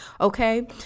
Okay